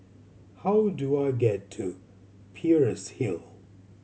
how do I get to Peirce Hill